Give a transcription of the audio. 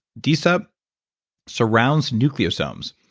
dsup surrounds nucleus films,